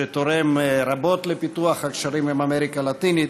שתורם רבות לפיתוח הקשרים עם אמריקה הלטינית,